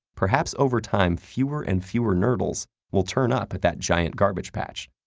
perhaps over time fewer and fewer nurdles will turn up at that giant garbage patch,